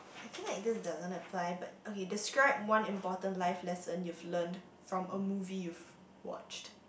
I feel like this doesn't apply but okay describe one important life lesson you've learned from a movie you've watched